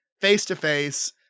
face-to-face